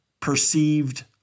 Perceived